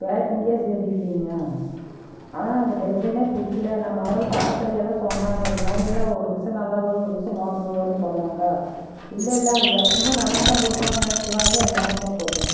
பேக்கிங்கே சரி இல்லங்க ஆனால் அந்த டிசைனே பிடிக்கல நான் முதல்ல பக்கத்தில் எல்லாம் சொன்னாங்க இது மாதிரியெல்லாம் ஒரு விசம் நல்லா வரும் ஒரு விசம் மோசமாக வருன்னு சொன்னாங்க இல்லை இல்லை அவங்க எப்பவுமே நல்லாத்தான் கொடுப்பாங்கன்னு நினைச்சிட்டு வாங்கி அது மோசமாக போச்சுங்க